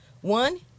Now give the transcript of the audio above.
One